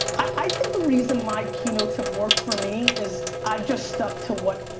i think the reason my keynotes have worked for me is i just stuck to what,